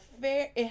fair